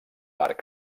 arc